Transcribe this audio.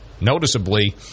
noticeably